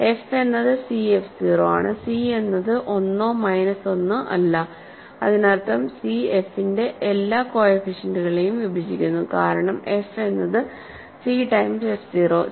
f എന്നത് cf 0 ആണ് c എന്നത് ഒന്നോ മൈനസ് 1 അല്ല അതിനർത്ഥം c f ന്റെ എല്ലാ കോഎഫിഷ്യന്റ്കളെയും വിഭജിക്കുന്നു കാരണം f എന്നത് c ടൈംസ് f 0